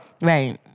Right